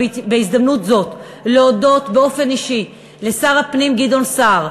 בהזדמנות זו להודות באופן אישי לשר הפנים גדעון סער,